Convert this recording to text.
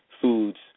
foods